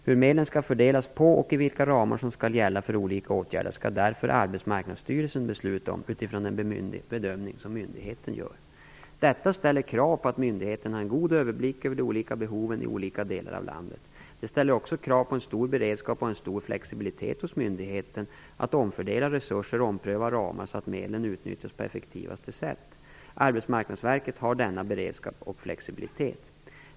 Hur medlen skall fördelas och vilka ramar som skall gälla för olika åtgärder skall därför Arbetsmarknadsstyrelsen, AMS, besluta om utifrån den bedömning som myndigheten gör. Detta ställer krav på att myndigheten har en god överblick över de olika behoven i olika delar av landet. Det ställer också krav på en stor beredskap och en stor flexibilitet hos myndigheten att omfördela resurser och ompröva ramar så att medlen utnyttjas på effektivaste sätt. Arbetsmarknadsverket har denna beredskap och flexibilitet.